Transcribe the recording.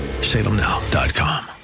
salemnow.com